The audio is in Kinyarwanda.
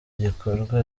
gikorwa